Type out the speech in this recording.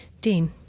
Dean